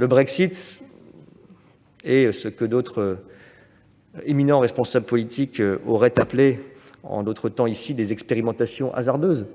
au Brexit et à ce que d'éminents responsables politiques auraient appelé, en d'autres temps, des « expérimentations hasardeuses